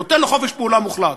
נותן לו חופש פעולה מוחלט.